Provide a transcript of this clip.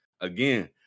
again